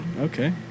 Okay